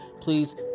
please